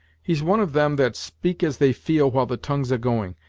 he's one of them that speak as they feel while the tongue's a-going,